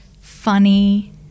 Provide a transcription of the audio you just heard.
funny